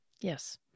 Yes